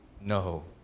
No